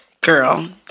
girl